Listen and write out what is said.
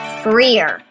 freer